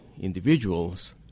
individuals